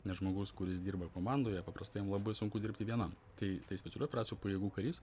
nes žmogus kuris dirba komandoje paprastai jam labai sunku dirbti vienam tai tai specialių operacijų pajėgų karys